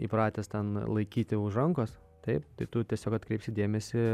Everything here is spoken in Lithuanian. įpratęs ten laikyti už rankos taip tai tu tiesiog atkreipsi dėmesį